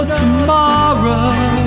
tomorrow